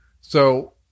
So-